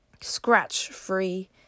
scratch-free